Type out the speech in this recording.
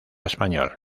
español